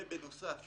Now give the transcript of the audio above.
ובנוסף